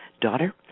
daughter